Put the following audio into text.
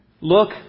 Look